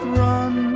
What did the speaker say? run